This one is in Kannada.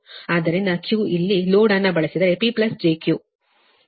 ಆದ್ದರಿಂದ Q ನೀವು ಲೋಡ್ ಅನ್ನು ಬಳಸಿದರೆ P j Q